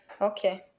Okay